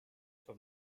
for